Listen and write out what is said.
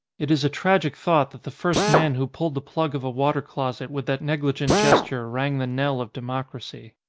it is a tragic thought that the first man who pulled the plug of a water-closet with that negli gent gesture rang the knell of democracy.